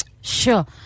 Sure